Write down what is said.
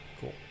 Cool